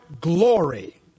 glory